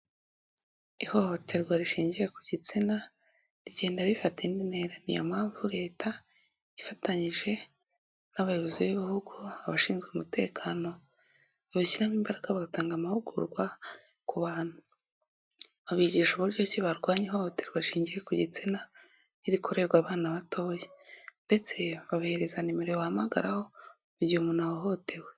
Ihohoterwa rishingiye ku gitsina rigenda rifata indi ntera niyo mpamvu Leta ifatanyije n'abayobozi